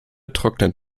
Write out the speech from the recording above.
trocknet